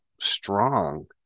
strong